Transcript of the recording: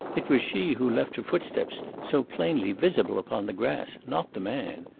it was she who left her footsteps so plainly visible upon the grass, not the man.